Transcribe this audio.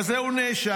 בזה הוא נאשם.